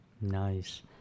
Nice